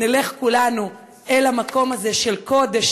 נלך כולנו אל המקום הזה של קודש,